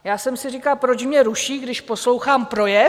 Já jsem si říkala, proč mě ruší, když poslouchám projev?